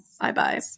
Bye-bye